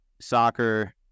soccer